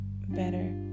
better